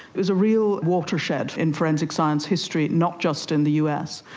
it was a real watershed in forensic science history, not just in the us.